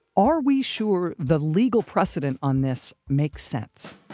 are we sure the legal precedent on this makes sense?